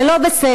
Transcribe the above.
זה לא בסדר.